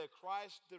Christ